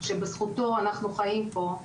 שבזכותו אנחנו חיים פה,